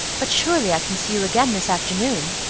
but surely i can see you again this afternoon?